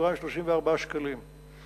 34,000 שקלים,